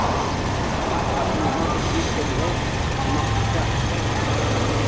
कथा ओथा सुनिहो सब चीज़ करिहो तो ओमा खर्चा होतै है